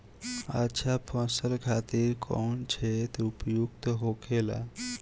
अच्छा फसल खातिर कौन क्षेत्र उपयुक्त होखेला?